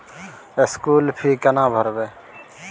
School fee केना भरबै?